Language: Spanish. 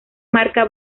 marca